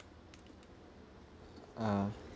ah